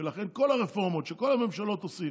ולכן כל הרפורמות שכל הממשלות עושות